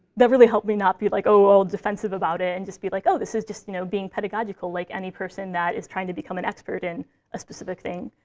that really helped me not be like, oh, all defensive about it. and just be like, oh, this is just you know being pedagogical, like any person that is trying to become an expert in a specific thing.